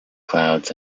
clouds